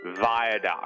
viaduct